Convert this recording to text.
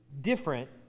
different